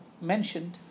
mentioned